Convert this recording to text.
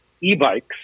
e-bikes